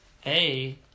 Hey